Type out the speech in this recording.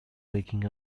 waking